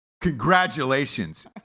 Congratulations